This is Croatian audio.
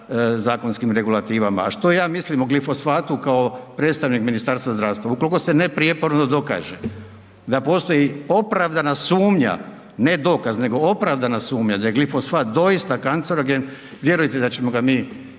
zakonskim regulativama, a što ja mislim o glifosatu kao predstavnik Ministarstva zdravstva, ukoliko se ne prijeporno ne dokaže da postoji opravdana sumnja, ne dokaz nego opravdana sumnja da je glifosat doista kancerogen, vjerujte da ćemo ga mi